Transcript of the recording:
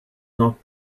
not